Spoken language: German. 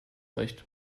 recht